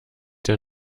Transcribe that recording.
der